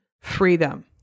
freedom